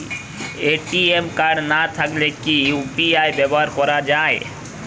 ATM card না থাকলে কি ইউ.পি.আই ব্যবহার করা য়ায়?